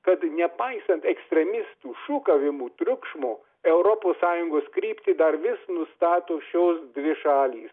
kad nepaisant ekstremistų šūkavimų triukšmo europos sąjungos kryptį dar vis nustato šios dvi šaly